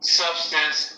substance